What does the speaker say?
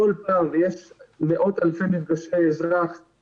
כל פעם שיש מאות אלפי מפגשי אזרח-שוטר